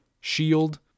shield